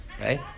right